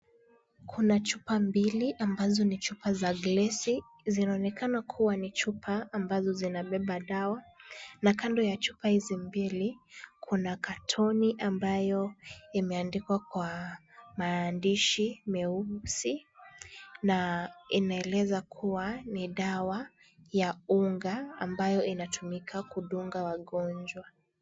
Kuna chupa mbili ambazo ni chupa za glesi. Zinaonekana kuwa ni chupa ambazo zinabeba dawa na kando ya chupa hizi mbili kuna katoni ambayo imeandikwa kwa maandishi meusi na inaeleza kuwa ni dawa ya unga ambayo inatumika kudunga wagonjwa.